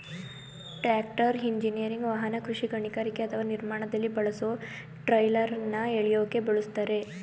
tractor engineering ವಾಹನ ಕೃಷಿ ಗಣಿಗಾರಿಕೆ ಅಥವಾ ನಿರ್ಮಾಣದಲ್ಲಿ ಬಳಸೊ ಟ್ರೈಲರ್ನ ಎಳ್ಯೋಕೆ ಬಳುಸ್ತರೆ